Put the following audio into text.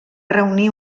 reunir